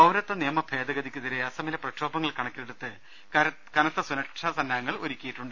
പൌരത്വ നിയമ ഭേദഗതിക്കെതിരെ അസമിലെ പ്രക്ഷോഭങ്ങൾ കണക്കിലെടുത്ത് കനത്ത സുരക്ഷാ സന്നാഹങ്ങൾ ഒരുക്കിയിട്ടുണ്ട്